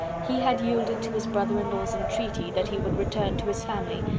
he had yielded to his brother-in-law's entreaty that he would return to his family,